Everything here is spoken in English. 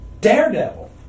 Daredevil